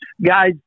Guys